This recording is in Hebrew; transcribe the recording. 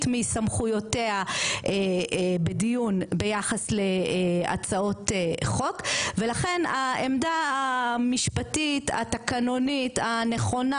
מסמכויותיה בדיון ביחס להצעות חוק ולכן העמדה המשפטית התקנונית הנכונה